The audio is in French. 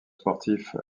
sportifs